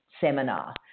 seminar